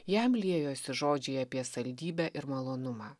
jam liejosi žodžiai apie saldybę ir malonumą